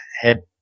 head